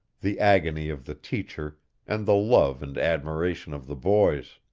the agony of the teacher and the love and admiration of the boys!